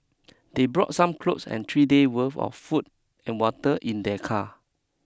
they brought some clothes and three day worth of food and water in their car